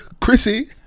Chrissy